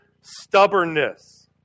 stubbornness